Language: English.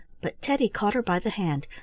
but teddy caught her by the hand.